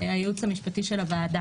הייעוץ המשפטי של הוועדה.